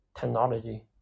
technology